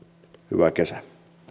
hyvää kesää